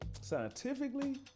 scientifically